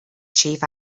chief